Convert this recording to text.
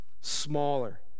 smaller